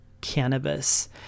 cannabis